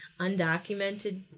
undocumented